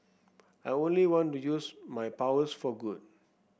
I only want to use my powers for good